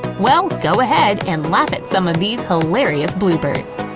well, go ahead and laugh at some of these hilarious bloopers!